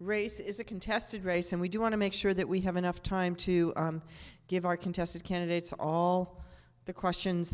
race is a contested race and we do want to make sure that we have enough time to give our contested candidates all the questions